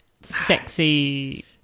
sexy